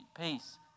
peace